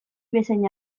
bezain